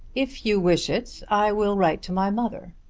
if you wish it i will write to my mother.